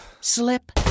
slip